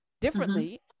differently